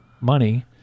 money